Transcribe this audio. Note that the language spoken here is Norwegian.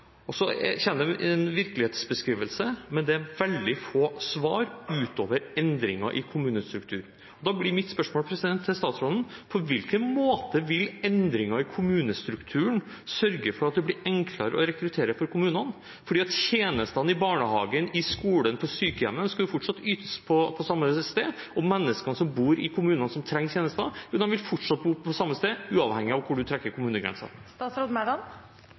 Så kom det en virkelighetsbeskrivelse, men det var veldig få svar utover det som har med endringer i kommunestrukturen å gjøre. Da blir spørsmålet mitt til statsråden: På hvilken måte vil endringer i kommunestrukturen sørge for at det blir enklere å rekruttere for kommunene? Tjenestene i barnehagen, i skolen og på sykehjemmet skal jo fortsatt ytes på samme sted, og menneskene som bor i kommunene, og som trenger tjenestene, vil fortsatt bo på samme sted, uavhengig av hvor man trekker